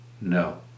No